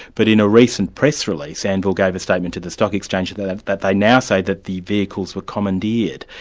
but in a recent press release, anvil gave a statement to the stock exchange that that they now say that the vehicles were commandeered.